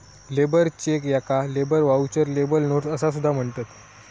labour cheque याका labour voucher, labour notes असा सुद्धा म्हणतत